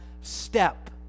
step